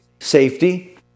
safety